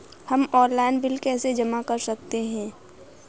हम online bill कैसे जमा कर सकते हैं?